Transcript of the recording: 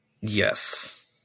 Yes